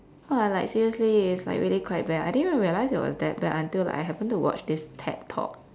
!wah! like seriously it's like really quite bad I didn't even realise it was that bad until like I happened to watch this ted talk